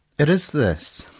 it is this.